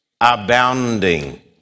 Abounding